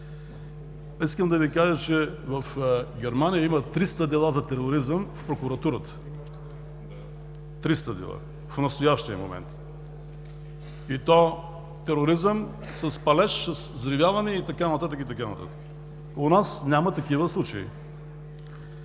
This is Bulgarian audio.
Искам да Ви кажа, че в Германия има 300 дела от тероризъм в прокуратурата. Триста дела в настоящия момент. И то тероризъм с палеж, с взривяване и така нататък, и така нататък. У нас няма такива случаи.